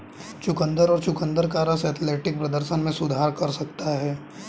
चुकंदर और चुकंदर का रस एथलेटिक प्रदर्शन में सुधार कर सकता है